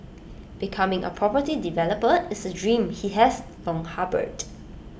becoming A property developer is A dream he has long harboured